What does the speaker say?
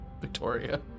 Victoria